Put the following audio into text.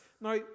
Now